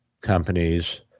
companies